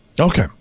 Okay